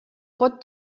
pot